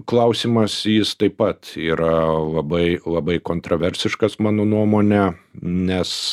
klausimas jis taip pat yra labai labai kontraversiškas mano nuomone nes